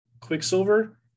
quicksilver